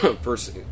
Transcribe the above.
first